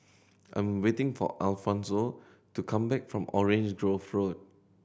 I'm waiting for Alfonso to come back from Orange Grove Road